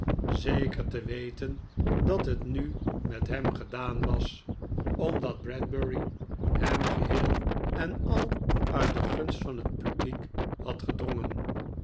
zeker te weten dat het nu met hem gedaan was omdat bradbury hem geheel en al uit de gunst van het publiek had gedrongen